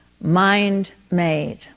mind-made